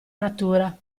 natura